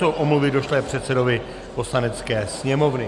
To jsou omluvy došlé předsedovi Poslanecké sněmovny.